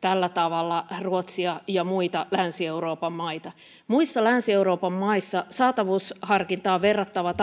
tällä tavalla ruotsia ja muita länsi euroopan maita muissa länsi euroopan maissa joku saatavuusharkintaan verrattava